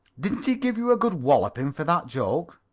didn't he give you a good walloping for that joke?